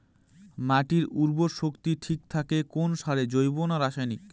মাটির উর্বর শক্তি ঠিক থাকে কোন সারে জৈব না রাসায়নিক?